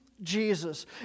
Jesus